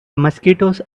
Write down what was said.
mosquitoes